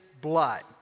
blood